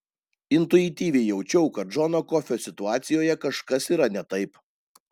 intuityviai jaučiau kad džono kofio situacijoje kažkas yra ne taip